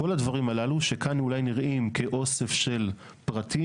כל הדברים הללו שכאן אולי נראים כאוסף של פרטים,